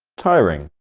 tiring